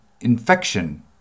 infection